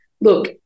look